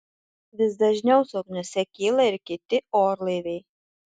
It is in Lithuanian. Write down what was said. vis dažniau zokniuose kyla ir kiti orlaiviai